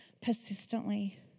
persistently